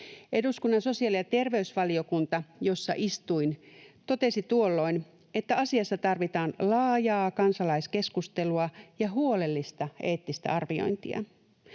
Eduskunnan sosiaali- ja terveysvaliokunta, jossa istuin, totesi tuolloin, että asiassa tarvitaan laajaa kansalaiskeskustelua ja huolellista eettistä arviointia.